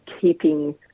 keeping